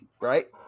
Right